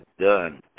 done